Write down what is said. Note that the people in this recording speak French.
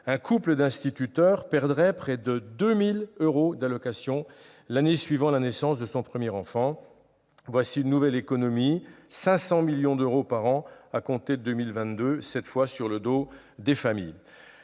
Un couple d'instituteurs, par exemple, perdrait près de 2 000 euros d'allocations l'année suivant la naissance de son premier enfant ! Voilà une nouvelle économie, de 500 millions d'euros par an à compter de 2022, réalisée cette fois sur le dos des familles.